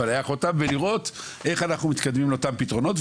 לפלח אותם ולראות איך אנחנו מתקדמים לאותם פתרונות,